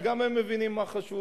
כי גם הם מבינים מה חשוב.